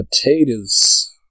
potatoes